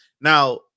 Now